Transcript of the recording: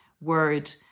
word